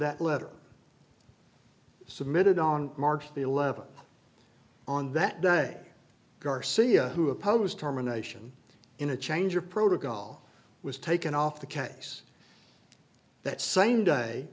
that letter submitted on march eleventh on that day garcia who oppose terminations in a change of protocol was taken off the case that same day